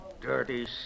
dirty